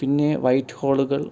പിന്നെ വൈറ്റ് ഹോളുകൾ